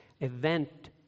event